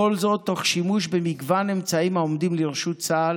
כל זאת תוך שימוש במגוון אמצעים העומדים לרשות צה"ל,